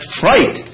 fright